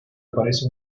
aparece